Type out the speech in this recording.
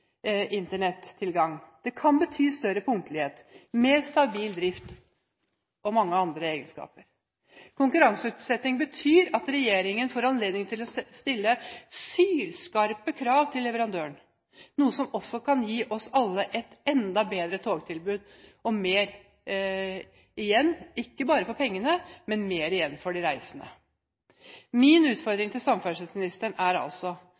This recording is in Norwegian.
bety større punktlighet, mer stabil drift og mange andre egenskaper. Konkurranseutsetting betyr at regjeringen får anledning til å stille sylskarpe krav til leverandøren, noe som kan gi oss alle et enda bedre togtilbud og mer igjen – ikke bare mer igjen for pengene, men også mer igjen for de reisende. Min utfordring til samferdselsministeren er altså: